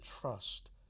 trust